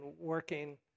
working